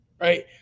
right